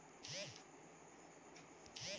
हम ऑनलाइन केँ माध्यम सँ बीमा केँ राशि जमा कऽ सकैत छी?